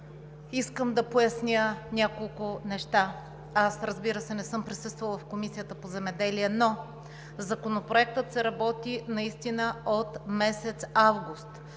Искам да поясня няколко неща. Аз, разбира се, не съм присъствала в Комисията по земеделието и храните, но Законопроектът се работи от месец август,